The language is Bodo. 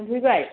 नुहैबाय